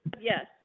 yes